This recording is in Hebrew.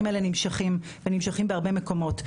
הדברים האלה נמשכים ונמשכים בהרבה מקומות.